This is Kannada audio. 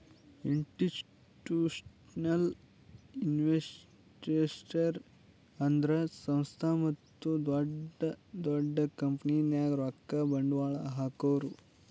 ಇಸ್ಟಿಟ್ಯೂಷನಲ್ ಇನ್ವೆಸ್ಟರ್ಸ್ ಅಂದ್ರ ಸಂಸ್ಥಾ ಮತ್ತ್ ದೊಡ್ಡ್ ದೊಡ್ಡ್ ಕಂಪನಿದಾಗ್ ರೊಕ್ಕ ಬಂಡ್ವಾಳ್ ಹಾಕೋರು